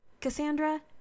Cassandra